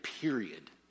period